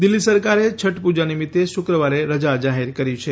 દિલ્હી સરકારે છઠ પુજા નિમિત્તે શુક્રવારે રજા જાહેર કરી છે